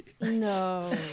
No